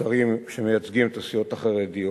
שרים שמייצגים את הסיעות החרדיות,